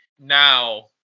now